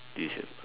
this